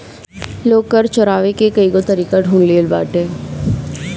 लोग कर चोरावे के कईगो तरीका ढूंढ ले लेले बाटे